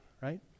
right